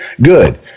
Good